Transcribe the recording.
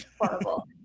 horrible